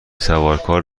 سوارکار